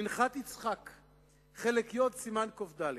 "מנחת יצחק", חלק י', סימן קד: